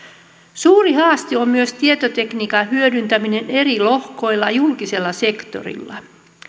suuri haaste on myös tietotekniikan hyödyntäminen eri lohkoilla julkisella sektorilla